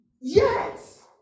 Yes